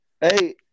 Hey